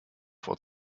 vor